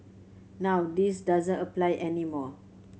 now this doesn't apply any more